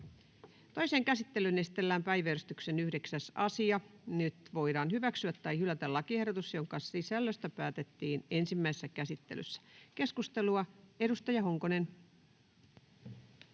Toiseen käsittelyyn esitellään päiväjärjestyksen 10. asia. Nyt voidaan hyväksyä tai hylätä lakiehdotukset, joiden sisällöstä päätettiin ensimmäisessä käsittelyssä. — Keskustelu alkaa. Edustaja Honkasalo.